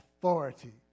authority